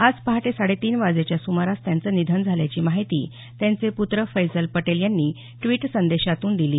आज पहाटे साडे तीन वाजेच्या सुमारास त्यांचं निधन झाल्याची माहिती त्यांचे पुत्र फैसल पटेल यांनी ड्वीट संदेशातून दिली